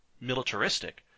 militaristic